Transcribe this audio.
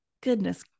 goodness